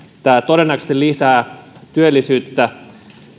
tämä todennäköisesti lisää työllisyyttä